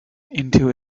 into